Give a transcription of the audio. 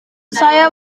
saya